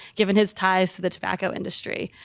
given his ties to the tobacco industry.